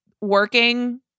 working